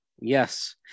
Yes